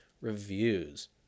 reviews